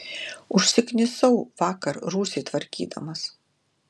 užsiknisau vakar rūsį tvarkydamas